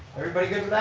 everybody good